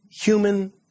human